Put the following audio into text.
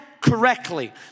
correctly